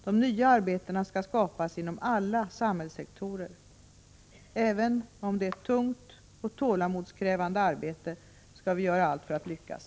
De nya arbetena skall skapas inom alla samhällssektorer. Även om det är ett tungt och tålamodskrävande arbete skall vi göra allt för att lyckas.